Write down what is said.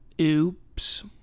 Oops